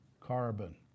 carbon